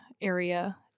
area